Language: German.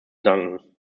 danken